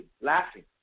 laughing